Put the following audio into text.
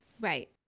Right